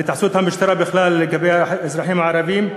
התייחסות המשטרה בכלל לגבי האזרחים הערבים,